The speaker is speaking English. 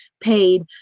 paid